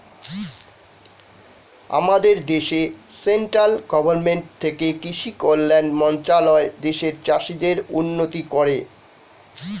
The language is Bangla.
আমাদের দেশে সেন্ট্রাল গভর্নমেন্ট থেকে কৃষি কল্যাণ মন্ত্রণালয় দেশের চাষীদের উন্নতি করে